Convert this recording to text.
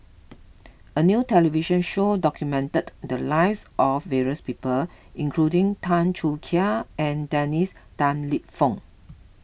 a new television show documented the lives of various people including Tan Choo Kai and Dennis Tan Lip Fong